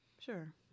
Sure